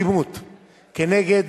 אני מזמין את חבר הכנסת חיים כץ, כן, לנימוקים